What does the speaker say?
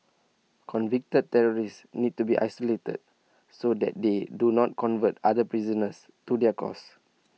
convicted terrorists need to be isolated so that they do not convert other prisoners to their cause